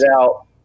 out